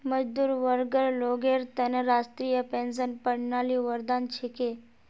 मजदूर वर्गर लोगेर त न राष्ट्रीय पेंशन प्रणाली वरदान छिके